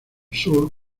sur